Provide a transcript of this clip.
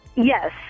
Yes